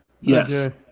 Yes